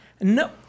No